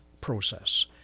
process